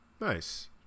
Nice